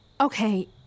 okay